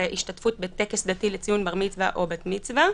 השתתפות בטקס דתי לציון בר מצווה או בת מצווה,